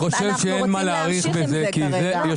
אנחנו רוצים להמשיך עם זה כרגע.